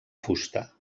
fusta